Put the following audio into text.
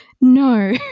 no